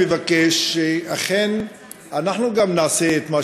אני מבקש שאכן גם אנחנו נעשה את מה